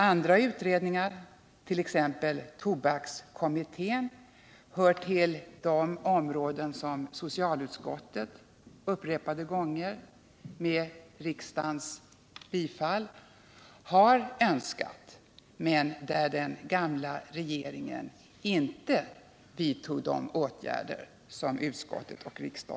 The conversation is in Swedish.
Andra utredningar, t.ex. tobakskommittén, behandlar frågor som socialutskottet upprepade gånger med riksdagens bifall har önskat få utredda men där den gamla regeringen inte villfor deras önskemål.